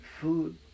food